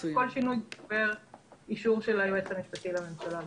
כל שינוי עובר אישור של היועץ המשפטי לממשלה.